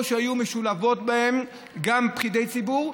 או שהיו משולבים בהן גם פקידי ציבור,